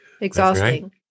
Exhausting